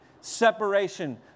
separation